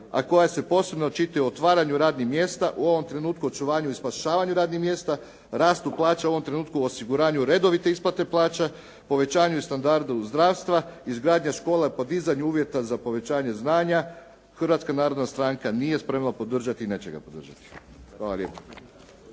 a koja se posebno očituje u otvaranju radnih mjesta u ovom trenutku u očuvanju i spašavanju radnih mjesta, rastu plaća, u ovom trenutku osiguranju redovite isplate plaća, povećanju i standardu zdravstva, izgradnja škola i podizanje uvjeta za povećanje znanja Hrvatska narodna stranka nije spremna podržati i neće ga podržati. Hvala lijepo.